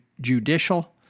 judicial